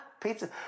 Pizza